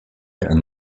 and